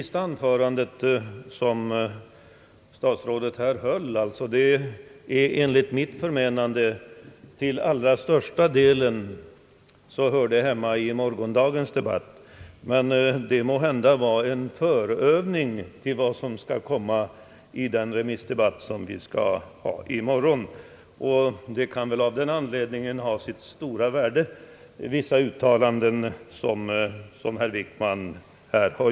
Statsrådets senaste anförande hör enligt mitt förmenande till största delen hemma i morgondagens debatt, men det var måhända en förövning till den remissdebatt som följer. Vissa uttalan den kan väl ha sitt värde av den anledningen.